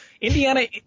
Indiana